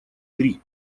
три